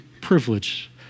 privilege